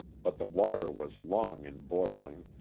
but the water was long in boiling,